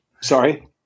Sorry